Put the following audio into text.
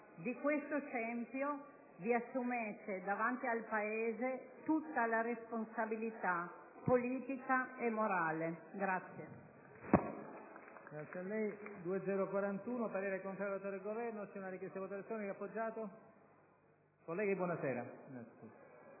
Di questo scempio vi assumete davanti al Paese tutta la responsabilità politica e morale.